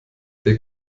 der